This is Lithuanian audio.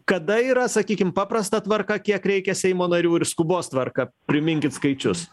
kada yra sakykim paprasta tvarka kiek reikia seimo narių ir skubos tvarka priminkit skaičius